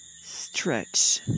stretch